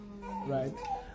right